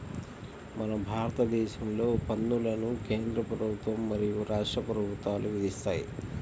మన భారతదేశంలో పన్నులను కేంద్ర ప్రభుత్వం మరియు రాష్ట్ర ప్రభుత్వాలు విధిస్తాయి